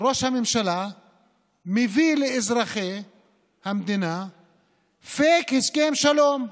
ראש הממשלה מביא לאזרחי המדינה פייק הסכם שלום.